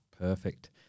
Perfect